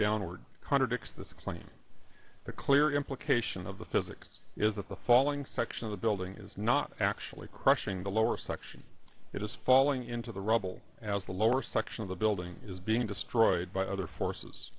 downward contradicts this claim the clear implication of the physics is that the falling section of the building is not actually crushing the lower section it is falling into the rubble as the lower section of the building is being destroyed by other forces